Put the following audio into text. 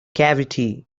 cavity